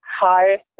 Hi